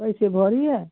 कैसे भरी है